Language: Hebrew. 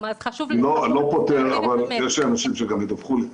חשוב לי --- יש אנשים שידווחו לי.